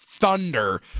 Thunder